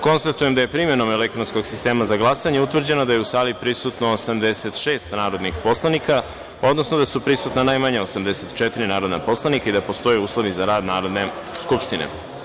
Konstatujem da je primenom elektronskog sistema za glasanje utvrđeno da je u sali prisutno 86 narodnih poslanika, odnosno da su prisutna najmanje 84 narodna poslanika i da postoje ulovi za rad Narodne skupštine.